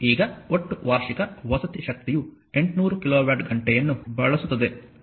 ಈಗ ಒಟ್ಟು ವಾರ್ಷಿಕ ವಸತಿ ಶಕ್ತಿಯು 800 ಕಿಲೋವ್ಯಾಟ್ ಗಂಟೆಯನ್ನು ಬಳಸುತ್ತದೆ